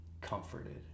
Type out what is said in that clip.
comforted